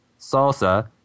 salsa